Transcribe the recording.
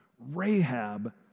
Rahab